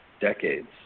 decades